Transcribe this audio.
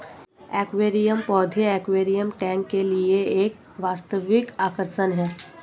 aquarium पौधे aquarium tank के लिए एक वास्तविक आकर्षण है